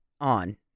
on